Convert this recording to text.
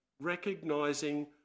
recognizing